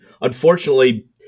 Unfortunately